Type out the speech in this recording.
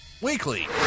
weekly